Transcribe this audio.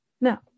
Now